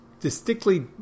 distinctly